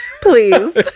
Please